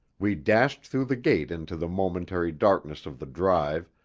we dashed through the gate into the momentary darkness of the drive,